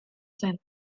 zen